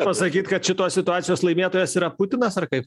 pasakyt kad šitos situacijos laimėtojas yra putinas ar kaip